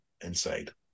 inside